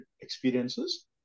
experiences